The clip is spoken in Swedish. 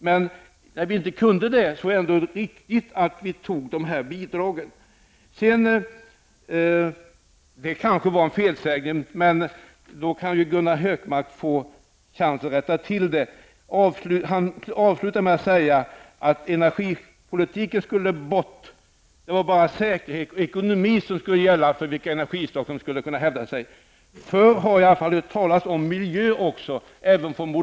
Men när detta inte var möjligt var det riktigt att vi beslutade oss för bidragen. Gunnar Hökmark avslutade med att säga att energipolitiken skulle bort. Det vara bara säkerhet och ekonomi som skulle gälla för vilket energislag som kan hävda sig. Det var kanske en felsägning, och i så fall kan Gunnar Hökmark få chansen att rätta till det.